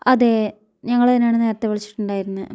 അതെ ഞങ്ങളെന്നാണ് നേരത്തെ വിളിച്ചിട്ടുണ്ടായിരുന്നത്